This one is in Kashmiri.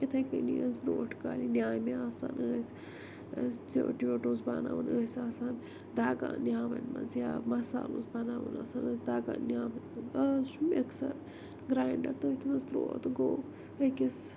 تِتھٕے کٔنی ٲسی برٛونٛٹھ کالہِ نیٛامہِ آسان ٲسۍ ژیوٚٹ ویوٚٹ اوس بناوُن ٲسۍ آسان دَگان نیٛامن مَنٛز یا مَصالہٕ اوس بناوُن آسان ٲسۍ دَگان نیٛامٮ۪ن منٛز اَز چھُ مِکسَر گرٛاینٛڈَر تٔتھۍ منٛز ترٛوو تہٕ گوٚو أکِس